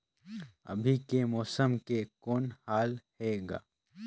अभी के मौसम के कौन हाल हे ग?